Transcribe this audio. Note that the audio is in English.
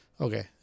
Okay